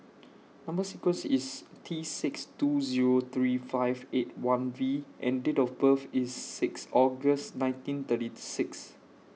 Number sequence IS T six two Zero three five eight one V and Date of birth IS six August nineteen thirty six